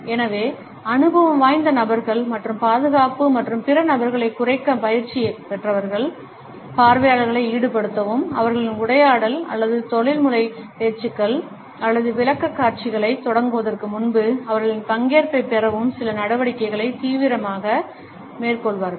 எனவே அனுபவம் வாய்ந்த நபர்கள் மற்றும் பாதுகாப்பு மற்றும் பிற நபர்களைக் குறைக்க பயிற்சி பெற்றவர்கள் பார்வையாளர்களை ஈடுபடுத்தவும் அவர்களின் உரையாடல் அல்லது தொழில்முறை பேச்சுக்கள் அல்லது விளக்கக்காட்சிகளைத் தொடங்குவதற்கு முன்பு அவர்களின் பங்கேற்பைப் பெறவும் சில நடவடிக்கைகளை தீவிரமாக மேற்கொள்வார்கள்